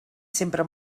sempre